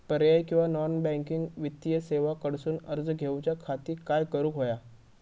पर्यायी किंवा non banking वित्तीय सेवा कडसून कर्ज घेऊच्या खाती काय करुक होया?